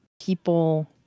people